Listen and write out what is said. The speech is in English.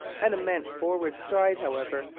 an immense forward stride, however,